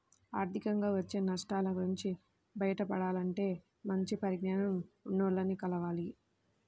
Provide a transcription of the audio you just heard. ఆర్థికంగా వచ్చే నష్టాల నుంచి బయటపడాలంటే మంచి పరిజ్ఞానం ఉన్నోల్లని కలవాలి